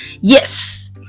Yes